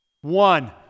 One